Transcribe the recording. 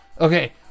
Okay